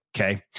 Okay